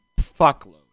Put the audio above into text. fuckload